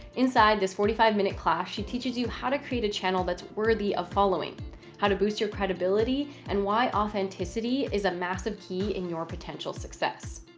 inside this forty five minute class, she teaches you how to create a channel that's worthy of following how to boost your credibility and why authenticity is a massive key in your potential success.